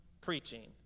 preaching